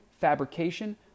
fabrication